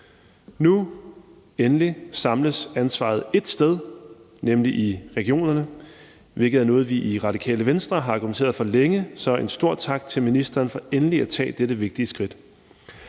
Nu – endelig – samles ansvaret ét sted, nemlig i regionerne, hvilket er noget, vi i Radikale Venstre har argumenteret for længe, så en stor tak til ministeren for endelig at tage dette vigtige skridt.